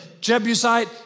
Jebusite